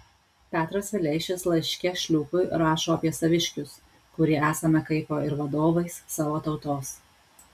petras vileišis laiške šliūpui rašo apie saviškius kurie esame kaipo ir vadovais savo tautos